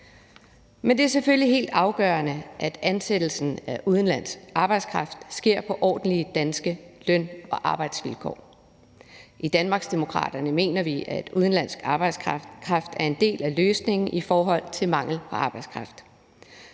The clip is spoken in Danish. Men det er selvfølgelig helt afgørende, at ansættelsen af udenlandsk arbejdskraft sker på ordentlige danske løn- og arbejdsvilkår. I Danmarksdemokraterne mener vi, at udenlandsk arbejdskraft er en del af løsningen i forhold til mangel på arbejdskraft,